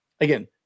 again –